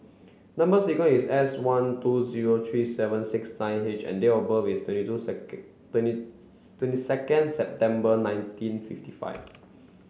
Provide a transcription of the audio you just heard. number sequence is S one two zero three seven six nine H and date of birth is twenty two second twenty twenty second September nineteen fifty five